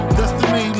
destiny